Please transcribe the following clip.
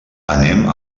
anem